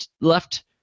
left